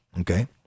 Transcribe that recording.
okay